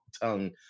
tongue